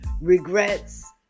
Regrets